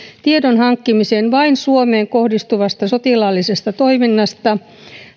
tiedon hankkimiseen vain suomeen kohdistuvasta sotilaallisesta toiminnasta